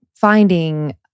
finding